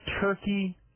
turkey